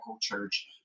church